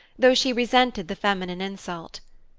though she resented the feminine insult.